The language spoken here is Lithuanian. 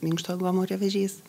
minkštojo gomurio vėžys